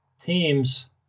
teams